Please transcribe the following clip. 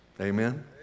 Amen